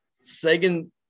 Sagan